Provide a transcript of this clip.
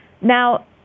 Now